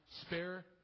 spare